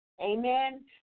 Amen